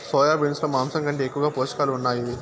soya beans లో మాంసం కంటే ఎక్కువగా పోషకాలు ఉన్నాయి